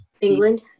England